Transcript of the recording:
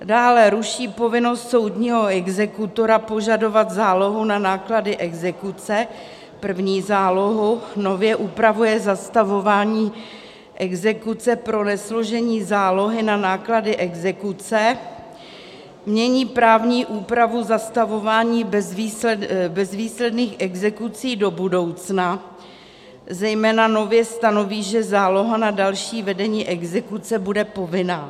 Dále ruší povinnost soudního exekutora požadovat zálohu na náklady exekuce, první zálohu, nově upravuje zastavování exekuce pro nesložení zálohy na náklady exekuce, mění právní úpravu zastavování bezvýsledných exekucí do budoucna, zejména nově stanoví, že záloha na další vedení exekuce bude povinná.